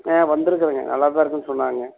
ஆ வந்துருக்குறேங்க நல்லா தான் இருக்குதுன்னு சொன்னாங்க